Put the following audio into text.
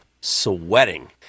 sweating